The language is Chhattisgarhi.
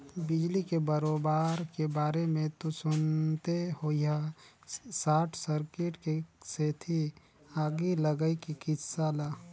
बिजली के करोबार के बारे मे तो सुनते होइहा सार्ट सर्किट के सेती आगी लगई के किस्सा ल